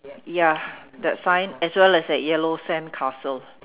ya that sign as well as that yellow sandcastle